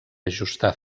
ajustar